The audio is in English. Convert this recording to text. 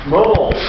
Mobile